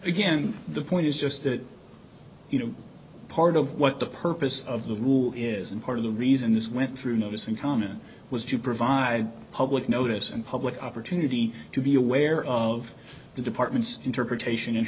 again the point is just that you know part of what the purpose of the who isn't part of the reason this went through notice and comment was to provide public notice and public opportunity to be aware of the department's interpretation and